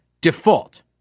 default